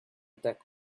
attack